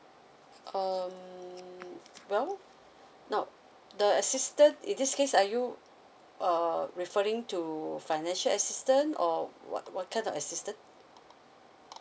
um well now the assistance in this case are you uh referring to financial assistance or what what kind of assistance